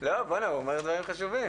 הוא אומר דברים חשובים.